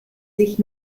sich